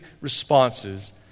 responses